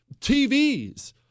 TVs